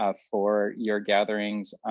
ah for your gatherings,